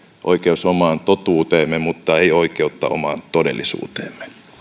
oikeus omaan totuuteemme mutta ei oikeutta omaan todellisuuteemme